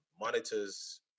monitors